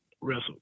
wrestle